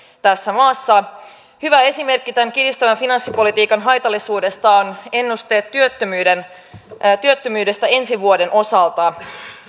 tässä maassa hyvä esimerkki tämän kiristävän finanssipolitiikan haitallisuudesta on ennusteet työttömyydestä ensi vuoden osalta